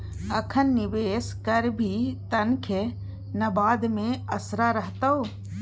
अखन निवेश करभी तखने न बाद मे असरा रहतौ